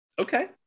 okay